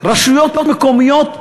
רשויות מקומיות,